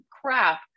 crap